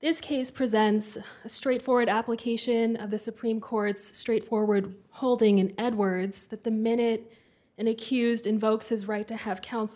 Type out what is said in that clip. this case presents a straightforward application of the supreme court's straightforward holding an edwards that the minute an accused invokes his right to have coun